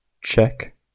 Check